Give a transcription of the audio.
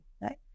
right